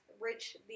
rich